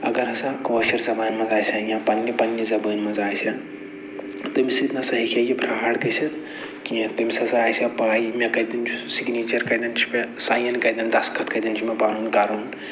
اَگر ہسا کٲشِر زبانہِ منٛز آسہِ ہہ یا پَنٛنہِ پَنٛنہِ زبانہِ منٛز آسہِ ہہ تٔمِس سۭتۍ نہ سا ہیٚکہِ ہے یہِ فرٛاڈ گٔژھِتھ کیٚنہہ تٔمِس ہسا آسہِ ہے پَے مےٚ کَتٮ۪ن چھُ سُہ سِگنیٖچَر کَتٮ۪ن چھُ مےٚ سایِن کَتٮ۪ن دَسخت کَتٮ۪ن چھُ مےٚ پَنُن کَرُن